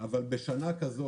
אבל בשנה כזו,